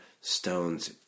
stones